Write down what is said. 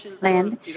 land